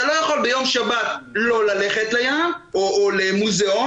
אתה לא יכול ביום שבת לא ללכת לים או למוזיאון